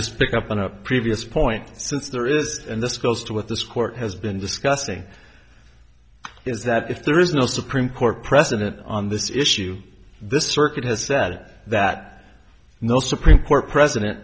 just pick up on a previous point since there is and this goes to what this court has been discussing is that if there is no supreme court precedent on this issue this circuit has said that no supreme court president